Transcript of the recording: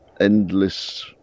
endless